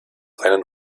einen